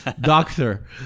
doctor